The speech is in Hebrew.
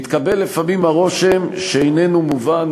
מתקבל לפעמים הרושם שאיננו מובן,